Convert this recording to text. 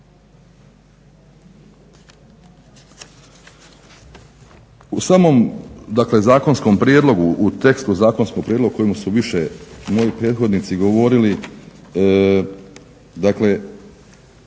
U samom dakle zakonskom prijedlogu, u tekstu zakonskog prijedloga o kojemu su više moji prethodnici govorili dakle